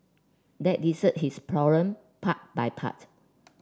let dessert his part by part